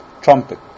trumpet